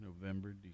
November